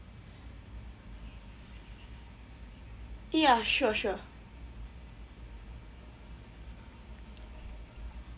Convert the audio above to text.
ya sure sure